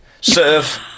serve